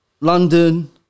london